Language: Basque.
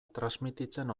transmititzen